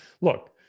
look